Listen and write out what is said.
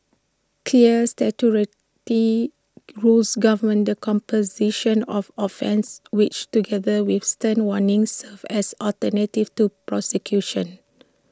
clear rules govern the composition of offences which together with stern warnings serve as alternatives to prosecution